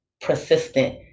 persistent